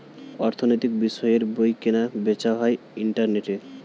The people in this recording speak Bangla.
অর্থনৈতিক বিষয়ের বই কেনা বেচা হয় ইন্টারনেটে